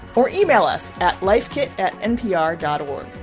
or email us at lifekit at npr dot o